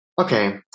Okay